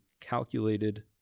calculated